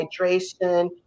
hydration